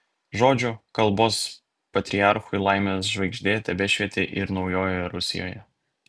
žodžiu kalbos patriarchui laimės žvaigždė tebešvietė ir naujoje rusijoje